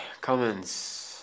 comments